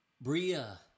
Bria